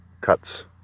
cuts